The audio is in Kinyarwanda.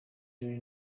jolly